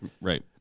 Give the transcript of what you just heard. Right